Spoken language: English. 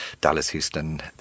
Dallas-Houston